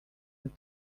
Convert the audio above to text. have